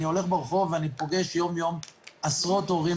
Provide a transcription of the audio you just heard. אני הולך ברחוב ואני פוגש יום-יום עשרות הורים,